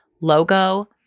logo